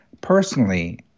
personally